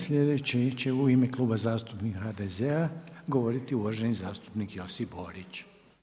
Sljedeći će u ime Kluba zastupnika HDZ-a, govoriti uvaženi zastupnik Josip Borić.